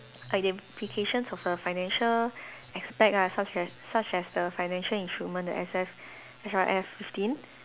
identifications of the financial aspect ah such as such as the financial instrument the S F S R F fifteen